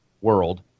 world